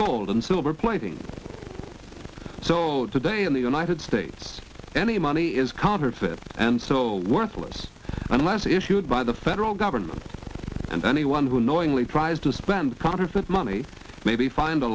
gold and silver plating so today in the united states any money is counterfeit and so worthless unless issued by the federal government and anyone who knowingly tries to spend counterfeit money may be fined a